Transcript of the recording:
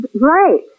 Right